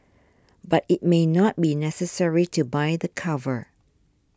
but it may not be necessary to buy the cover